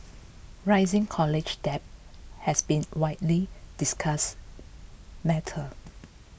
rising college debt has been widely discussed matter